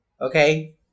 okay